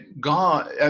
God